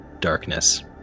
darkness